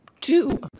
two